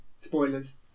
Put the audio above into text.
spoilers